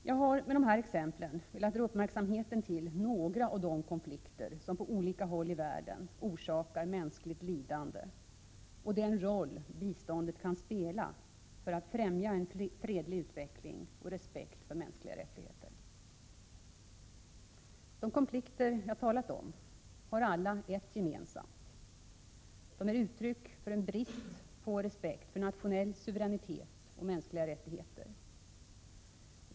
Jag har med de här exemplen velat dra uppmärksamheten till några av de konflikter som på olika håll i världen orsakar mänskligt lidande och den roll biståndet kan spela för att främja en fredlig utveckling och respekt för mänskliga rättigheter. De konflikter jag talat om har alla ett gemensamt: de är uttryck för en brist på respekt för nationell suveränitet och mänskliga rättigheter.